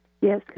Yes